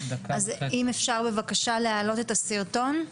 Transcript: אז אם אפשר בבקשה להעלות את הסרטון.